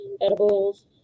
edibles